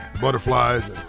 butterflies